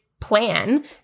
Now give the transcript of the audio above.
plan